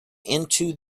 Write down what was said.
into